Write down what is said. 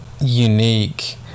unique